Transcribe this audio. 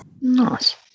Nice